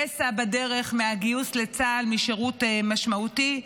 פסע בדרך מהגיוס לצה"ל, משירות משמעותי.